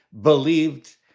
believed